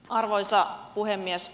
arvoisa puhemies